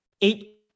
eight